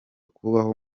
kubaho